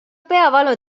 peavalu